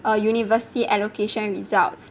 err university allocation results